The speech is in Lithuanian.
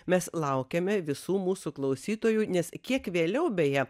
mes laukiame visų mūsų klausytojų nes kiek vėliau beje